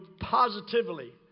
positively